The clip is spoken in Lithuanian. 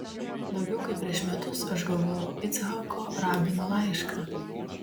daugiau kaip prieš metus aš gavau icchako rabino laišką